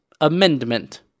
Amendment